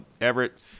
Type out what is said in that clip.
Everett